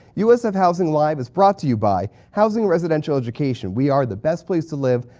usf housing live! is brought to you by housing residential education. we are the best place to live,